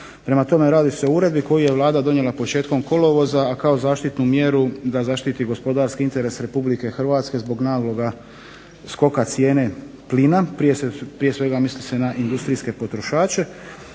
Prema tome, radi se o uredbi koju je Vlada donijela početkom kolovoza, a kao zaštitnu mjeru da zaštiti gospodarski interes Republike Hrvatske zbog nagloga skoka cijene plina, prije svega misli se na industrijske potrošače